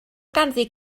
ganddi